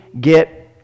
get